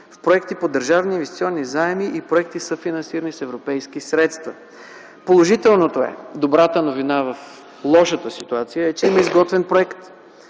в проекти по държавни инвестиционни заеми и проекти, съфинансирани с европейски средства. Положителното е, добрата новина в лошата ситуация е, че има изготвен проект,